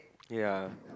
ya